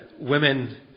women